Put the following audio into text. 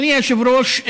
אדוני היושב-ראש,